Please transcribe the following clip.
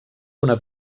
una